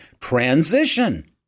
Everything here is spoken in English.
...transition